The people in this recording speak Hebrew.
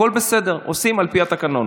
הכול בסדר, עושים על פי התקנון.